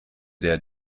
der